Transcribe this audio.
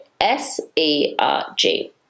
S-E-R-G